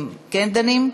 כן דנים?